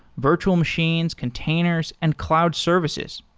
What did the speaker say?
virtual machines, containers and cloud services